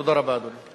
תודה רבה, אדוני.